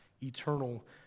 eternal